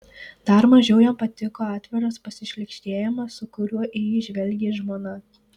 dar mažiau jam patiko atviras pasišlykštėjimas su kuriuo į jį žvelgė žmona